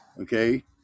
okay